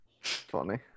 Funny